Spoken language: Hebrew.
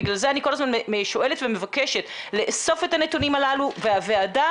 בגלל זה אני כל הזמן שואלת ומבקשת לאסוף את הנתונים הללו והוועדה